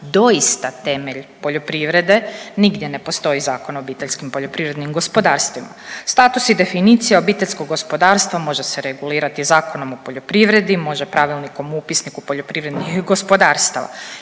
doista temelj poljoprivrede nigdje ne postoji Zakon o OPG-ovima. Status i definicija obiteljskog gospodarstva može se regulirati Zakonom o poljoprivredi, može Pravilnikom o upisniku poljoprivrednih gospodarstava